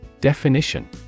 Definition